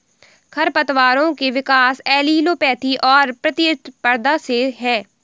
खरपतवारों के विकास एलीलोपैथी और प्रतिस्पर्धा से है